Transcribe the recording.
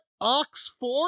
Oxford